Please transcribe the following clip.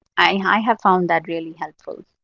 i have found that really helpful.